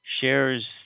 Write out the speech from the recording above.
shares